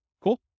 Cool